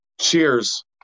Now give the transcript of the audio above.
cheers